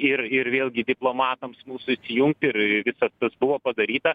ir ir vėlgi diplomatams mūsų įsijungt ir tas kas buvo padaryta